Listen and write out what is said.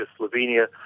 Slovenia